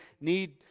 need